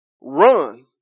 run